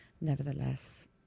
nevertheless